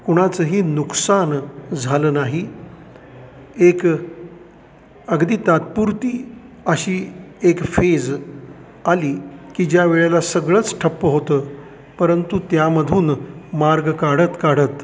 कुणाचंही नुकसान झालं नाही एक अगदी तात्पूर्ती अशी एक फेज आली की ज्या वेळेला सगळंच ठप्प होतं परंतु त्यामधून मार्ग काढत काढत